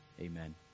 Amen